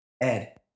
Ed